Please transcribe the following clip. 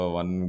one